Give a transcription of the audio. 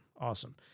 Awesome